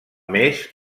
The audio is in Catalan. més